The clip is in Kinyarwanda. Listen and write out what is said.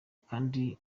kandi